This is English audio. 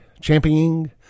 championing